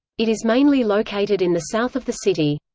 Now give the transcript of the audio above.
it is mainly located in the south of the city.